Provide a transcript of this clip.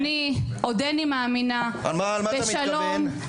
על מה אתה מתכוון?